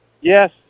yes